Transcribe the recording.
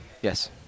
Yes